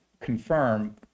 confirm